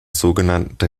sogenannte